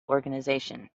organisation